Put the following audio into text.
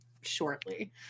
shortly